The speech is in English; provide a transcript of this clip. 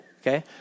okay